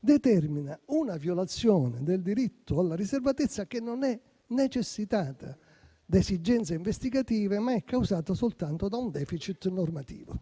determina una violazione del diritto alla riservatezza che non è necessitata da esigenze investigative, ma è causato soltanto da un *deficit* normativo.